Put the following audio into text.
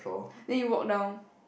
then you walk down